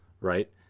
right